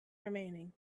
remaining